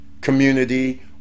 community